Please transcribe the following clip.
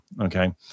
okay